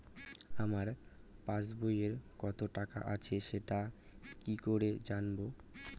আমার পাসবইয়ে কত টাকা আছে সেটা কি করে জানবো?